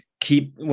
keep